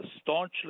staunchly